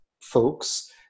folks